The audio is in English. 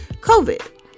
covid